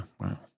wow